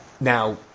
now